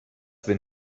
wenn